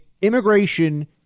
immigration